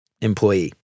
employee